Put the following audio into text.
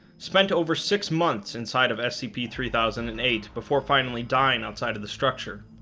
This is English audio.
spent over six months inside of scp three thousand and eight, before finally dying outside of the structure